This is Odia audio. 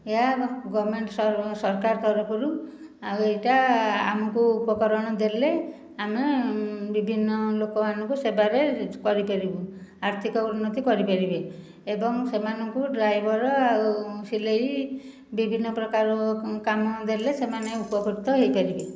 ଏହା ଗଭର୍ଣ୍ଣମେଣ୍ଟ ସରକାର ତରଫରୁ ଆଉ ଏଇଟା ଆମକୁ ଉପକରଣ ଦେଲେ ଆମେ ବିଭିନ୍ନ ଲୋକମାନଙ୍କୁ ସେବାରେ କରିପାରିବୁ ଆର୍ଥିକ ଉନ୍ନତି କରିପାରିବେ ଏବଂ ସେମାନଙ୍କୁ ଡ୍ରାଇଭର ଆଉ ସିଲେଇ ବିଭିନ୍ନ ପ୍ରକାର କାମ ଦେଲେ ସେମାନେ ଉପକୃତ ହୋଇପାରିବେ